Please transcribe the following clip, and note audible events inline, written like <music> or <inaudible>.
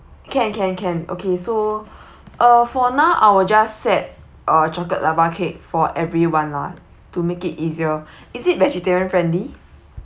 can can can okay so <breath> uh for now I will just set uh chocolate lava cake for everyone lah to make it easier is it vegetarian friendly